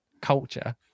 culture